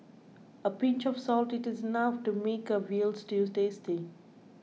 a pinch of salt is enough to make a Veal Stew tasty